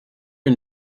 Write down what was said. and